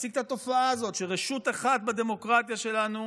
להפסיק את התופעה הזאת שרשות אחת בדמוקרטיה שלנו,